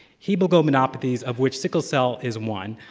hemoglobinopathies, of which sickle cell is one,